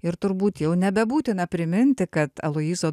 ir turbūt jau nebebūtina priminti kad aloyzo